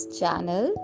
channel